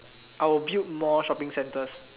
I will build more shopping centres